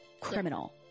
criminal